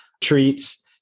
treats